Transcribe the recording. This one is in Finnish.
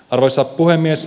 arvoisa puhemies